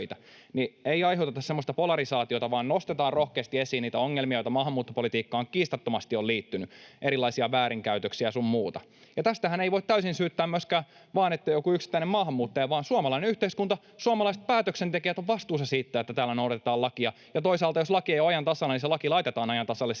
Ei aiheuteta semmoista polarisaatiota, vaan nostetaan rohkeasti esiin niitä ongelmia, joita maahanmuuttopolitiikkaan kiistattomasti on liittynyt, erilaisia väärinkäytöksiä sun muuta. Ja tästähän ei voi täysin syyttää myöskään vain jotain yksittäistä maahanmuuttajaa, vaan suomalainen yhteiskunta, suomalaiset päätöksentekijät, ovat vastuussa siitä, että täällä noudatetaan lakia, ja toisaalta, jos laki ei ole ajan tasalla, niin se laki laitetaan ajan tasalle